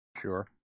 Sure